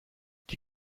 die